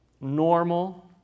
normal